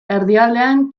erdialdean